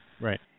Right